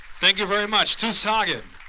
thank you very much, teus hagen.